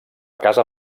casa